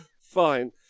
fine